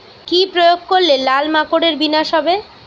কি প্রয়োগ করলে লাল মাকড়ের বিনাশ হবে?